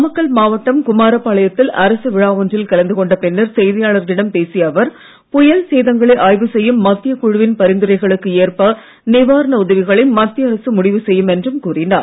நாமக்கல் மாவட்டம் குமாரபாளையத்தில் அரசு விழா ஒன்றில் கலந்து கொண்ட பின்னர் செய்தியாளர்களிடம் பேசிய அவர் புயல் சேதங்களை ஆய்வு செய்யும் மத்திய குழுவின் பரிந்துரைகளுக்கு ஏற்ப நிவாரண உதவிகளை மத்திய அரசு முடிவு செய்யும் என்றும் கூறினார்